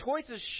choices